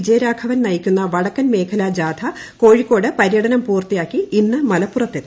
വിജയരാഘവൻ നയിക്കുന്ന വടക്കൻ മേഖലാ ജാഥ കോഴിക്കോട് പര്യടനം പൂർത്തിയാക്കി ഇന്ന് മലപ്പുറത്തെത്തി